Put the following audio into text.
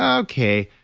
um okay,